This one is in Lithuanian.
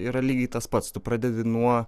yra lygiai tas pats tu pradedi nuo